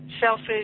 Selfish